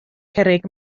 cerrig